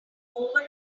over